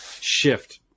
shift